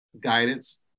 guidance